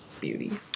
beauty